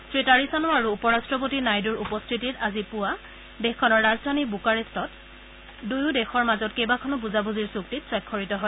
শ্ৰীতাৰিচান আৰু উপ ৰাষ্টপতি নাইডুৰ উপস্থিতিত আজি পুৱা দেশখনৰ ৰাজধানী বুকাৰেট্টেত দুয়ো দেশৰ মাজত কেইবাখনো বুজাবুজিৰ চুক্তিত স্বাক্ষৰিত হয়